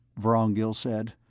vorongil said.